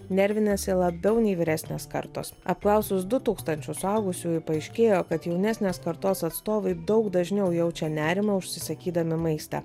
nervinasi labiau nei vyresnės kartos apklausus du tūkstančius suaugusiųjų paaiškėjo kad jaunesnės kartos atstovai daug dažniau jaučia nerimą užsisakydami maistą